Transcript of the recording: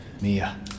Mia